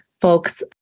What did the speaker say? folks